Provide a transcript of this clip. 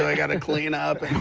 ah yeah to clean up?